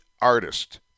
artist